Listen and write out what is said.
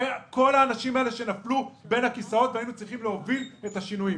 זה כל האנשים האלה שנפלו בין הכיסאות והיינו צריכים להוביל את השינויים.